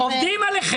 באמת, עובדים עליכם.